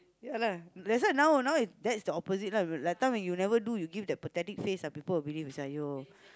ya lah that's why now now that's the opposite lah that time you never do you give that pathetic face ah people will believe say !aiyo!